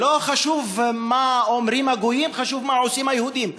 לא חשוב מה אומרים הגויים, חשוב מה עושים היהודים.